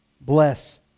bless